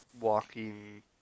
walking